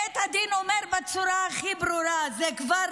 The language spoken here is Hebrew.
בית הדין אומר בצורה הכי ברורה: זו כבר